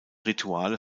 rituale